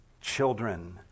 children